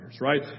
right